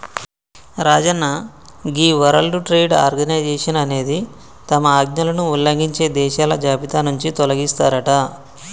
రాజన్న గీ world trade organisation అనేది తమ ఆజ్ఞలను ఉల్లంఘించే దేశాల జాబితా నుంచి తొలగిస్తారట